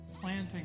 Planting